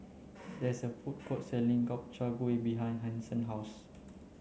there is a food court selling Gobchang gui behind Hanson house